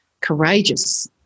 courageous